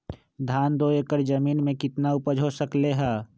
धान दो एकर जमीन में कितना उपज हो सकलेय ह?